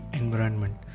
environment